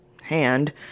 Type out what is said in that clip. hand